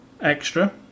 extra